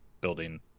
building